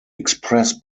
express